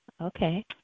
Okay